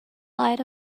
light